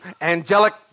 Angelic